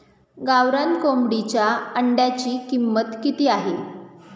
गावरान कोंबडीच्या अंड्याची किंमत किती आहे?